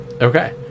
Okay